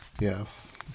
Yes